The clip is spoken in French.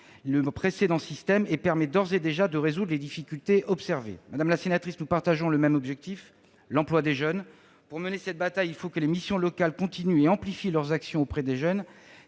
le précédent système et, d'ores et déjà, de résoudre les difficultés observées. Madame la sénatrice, nous partageons le même objectif, l'emploi des jeunes. Pour mener cette bataille, il faut que les missions locales continuent et amplifient leurs actions auprès des jeunes,